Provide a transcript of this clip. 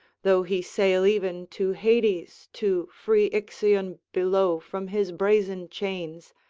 though he sail even to hades to free ixion below from his brazen chains,